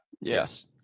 Yes